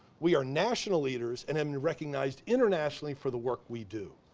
we are national leaders, and have been recognized internationally for the work we do,